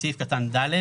(ד)בסעיף קטן (ד),